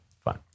fine